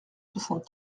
soixante